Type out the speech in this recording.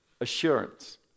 assurance